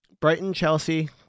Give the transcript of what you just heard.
Brighton-Chelsea